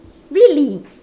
really